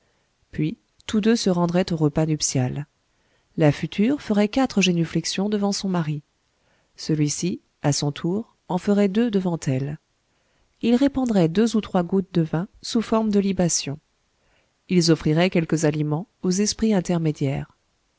puis tous deux se rendraient au repas nuptial la future ferait quatre génuflexions devant son mari celui-ci à son tour en ferait deux devant elle ils répandraient deux ou trois gouttes de vin sous forme de libations ils offriraient quelques aliments aux esprits intermédiaires